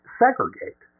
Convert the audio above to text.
segregate